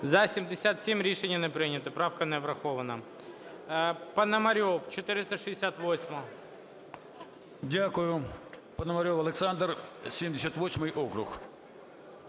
За-77 Рішення не прийнято. Правка не врахована.